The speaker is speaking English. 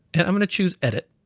and i'm gonna choose edit.